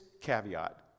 caveat